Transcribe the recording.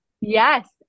Yes